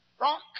Rock